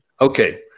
Okay